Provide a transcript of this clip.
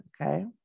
okay